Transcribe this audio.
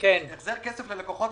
כסף ללקוחות,